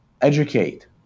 educate